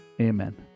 Amen